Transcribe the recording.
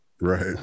right